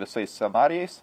visais scenarijais